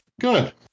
Good